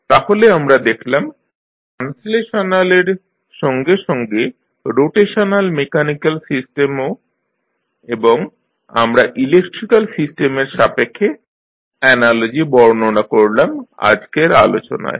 তাহলে আমরা দেখলাম ট্রান্সলেশনালের সঙ্গে সঙ্গে রোটেশনাল মেকানিক্যাল সিস্টেমও এবং আমরা ইলেক্ট্রিক্যাল সিস্টেমের সাপেক্ষে অ্যানালজি বর্ণনা করলাম আজকের আলোচনায়